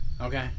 Okay